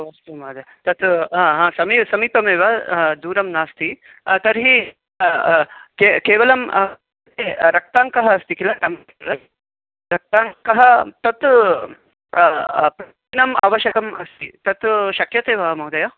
अस्तु महोदय तत् हा समीपे समीपमेव दूरं नास्ति तर्हि के केवलं रक्ताङ्कः अस्ति किल रक्ताङ्कः तत् प्रश्नम् आवश्यकम् अस्ति तत् शक्यते वा महोदय